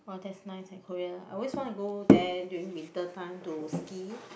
!wah! that's nice in Korea I always want to go there during winter time to ski